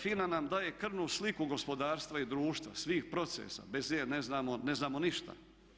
FINA nam daje krvnu sliku gospodarstva i društva, svih procesa, bez nje ne znamo ništa.